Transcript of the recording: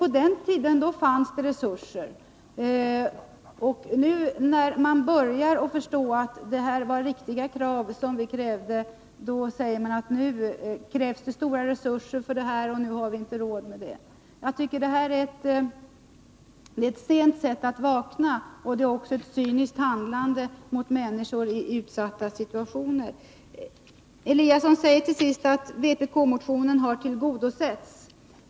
På den tiden fanns det resurser. Nu, när man börjar förstå riktigheten i de krav som vi ställde, säger man att det krävs stora resurser på detta område men att vi inte har råd. Jag tycker att det är ett sent uppvaknande. Det är vidare ett cyniskt agerande gentemot människor i utsatta situationer. Ingemar Eliasson säger avslutningsvis att önskemålen i vpk-motionen har tillgodosetts.